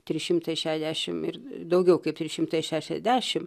trys šimtai šešiasdešim ir daugiau kaip trys šimtai šešiasdešim